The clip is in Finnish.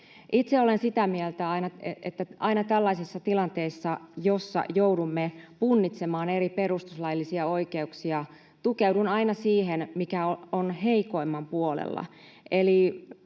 Itse olen sitä mieltä, että aina tällaisissa tilanteissa, joissa joudumme punnitsemaan eri perustuslaillisia oikeuksia, tukeudun siihen, mikä on heikoimman puolella.